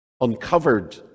uncovered